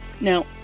Now